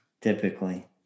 typically